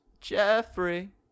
Jeffrey